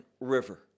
River